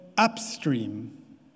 upstream